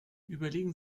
überlegen